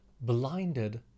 blinded